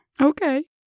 Okay